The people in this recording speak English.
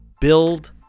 build